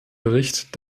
bericht